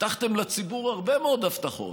הבטחתם לציבור הרבה מאוד הבטחות,